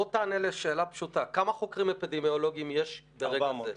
בוא תענה לשאלה פשוטה: כמה חוקרים אפידמיולוגיים יש ברגע זה.